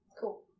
Cool